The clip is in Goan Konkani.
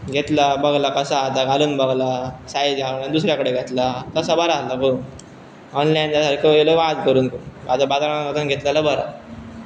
घेतला बघलां कसां आहा तां घालून बघलां सायझ ह्यां दुसऱ्याकडेन घेतलां तसां बरां आसलां पळोवन ऑनलायन जाल्यार सारक्यो येयलो वाज करून करून आतां बाजारान वचान घेतलेलां बरां